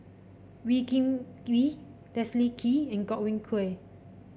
Wee Kim Wee Leslie Kee and Godwin Koay